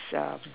some